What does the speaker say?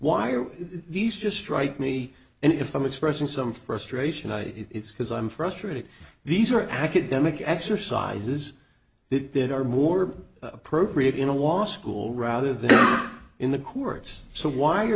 why are these just write me and if i'm expressing some frustration i it's because i'm frustrated these are academic exercises that did are more appropriate in a watch school rather than in the courts so why